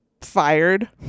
fired